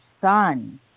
son